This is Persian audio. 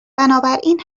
بنابراین